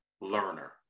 learner